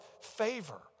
favor